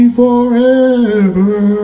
forever